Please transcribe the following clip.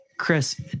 Chris